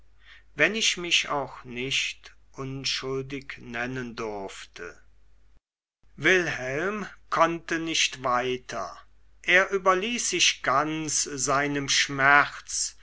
wenn ich mich auch nicht unschuldig nennen durfte wilhelm konnte nicht weiter er überließ sich ganz seinem schmerz